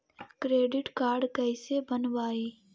Credit card कैसे बनवाई?